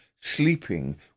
sleeping